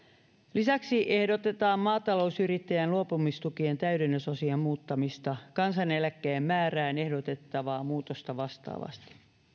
lisäksi ehdotetaan maatalousyrittäjien luopumistukien täydennysosien muuttamista kansaneläkkeen määrään ehdotettavaa muutosta vastaavasti